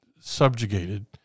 subjugated